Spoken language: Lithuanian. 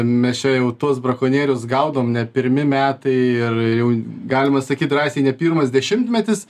mes čia jau tuos brakonierius gaudom ne pirmi metai ir jau galima sakyt drąsiai ne pirmas dešimtmetis